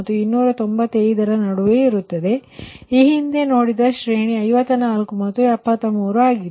ರ ನಡುವೆ ಇರುತ್ತದೆ ಏಕೆಂದರೆ ಈ ಹಿಂದೆ ನಾವು ನೋಡಿದ ಈ ಶ್ರೇಣಿ 54 ಮತ್ತು 73 ಆಗಿತ್ತು